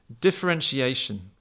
differentiation